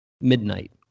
midnight